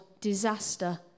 disaster